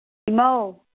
ꯏꯃꯧ